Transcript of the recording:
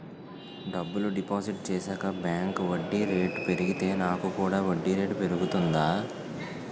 డబ్బులు డిపాజిట్ చేశాక బ్యాంక్ వడ్డీ రేటు పెరిగితే నాకు కూడా వడ్డీ రేటు పెరుగుతుందా?